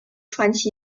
传奇